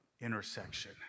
intersection